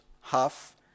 half